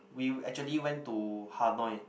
we actually went to Hanoi